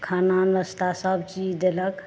खाना नाश्ता सब चीज देलक